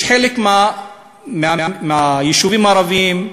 חלק מהיישובים הערביים,